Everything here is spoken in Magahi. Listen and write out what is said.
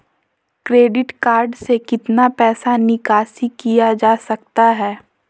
क्रेडिट कार्ड से कितना पैसा निकासी किया जा सकता है?